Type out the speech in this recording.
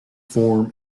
form